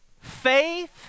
faith